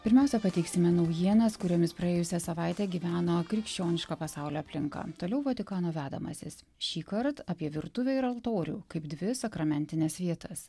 pirmiausia pateiksime naujienas kuriomis praėjusią savaitę gyveno krikščioniško pasaulio aplinka toliau vatikano vedamasis šįkart apie virtuvę ir altorių kaip dvi sakramentines vietas